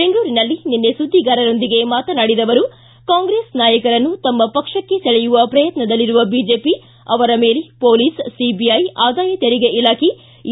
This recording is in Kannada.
ಬೆಂಗಳೂರಿನಲ್ಲಿ ನಿನ್ನೆ ಸುದ್ದಿಗಾರರೊಂದಿಗೆ ಮಾತನಾಡಿದ ಅವರು ಕಾಂಗ್ರೆಸ್ ನಾಯಕರನ್ನು ತಮ್ಮ ಪಕ್ಷಕ್ಕೆ ಸೆಳೆಯುವ ಪ್ರಯತ್ನದಲ್ಲಿರುವ ಬಿಜೆಪಿ ಅವರ ಮೇಲೆ ಪೊಲೀಸ್ ಸಿಬಿಐ ಆದಾಯ ತೆರಿಗೆ ಇಲಾಖೆ ಇ